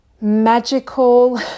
magical